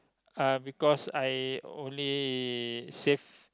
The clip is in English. uh because I only save